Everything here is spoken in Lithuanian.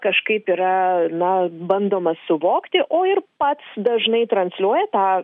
kažkaip yra na bandoma suvokti o ir pats dažnai transliuoja tą